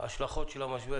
ההשלכות של המשבר,